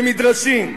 במדרשים,